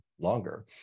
longer